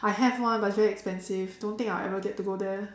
I have one but it's very expensive don't think I'll ever get to go there